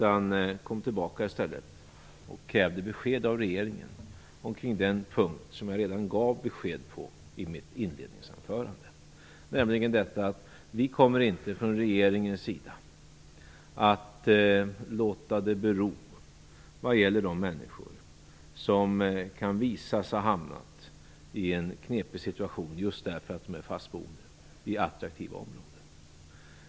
I stället kom man tillbaka och krävde besked av regeringen kring den punkt där jag redan i mitt inledningsanförande gav besked: Från regeringens sida kommer vi inte att låta det bero vad gäller de människor som kan visa sig ha hamnat i en knepig situation just därför att de är fast boende i attraktiva områden.